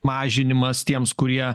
mažinimas tiems kurie